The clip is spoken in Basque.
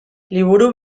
liburu